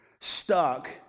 stuck